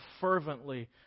fervently